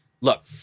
Look